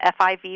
FIV